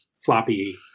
floppy